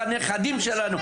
הנכדים שלנו,